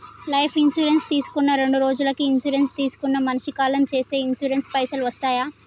Life insurance తీసుకున్న రెండ్రోజులకి insurance తీసుకున్న మనిషి కాలం చేస్తే ఇన్సూరెన్స్ పైసల్ వస్తయా?